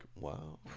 wow